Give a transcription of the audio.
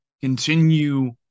continue